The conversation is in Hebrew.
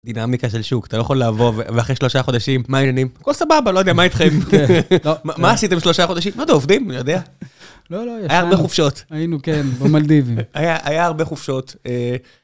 דינמיקה של שוק אתה לא יכול לבוא ואחרי שלושה חודשים מה העניינים כל סבבה לא יודע מה איתכם מה עשיתם שלושה חודשים מה אתם עובדים אני יודע היה הרבה חופשות היינו כן היה הרבה חופשות.